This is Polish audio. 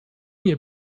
nie